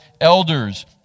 elders